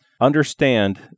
understand